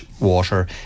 water